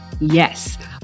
Yes